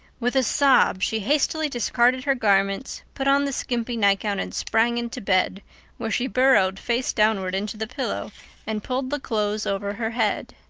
with a sob she hastily discarded her garments, put on the skimpy nightgown and sprang into bed where she burrowed face downward into the pillow and pulled the clothes over her head.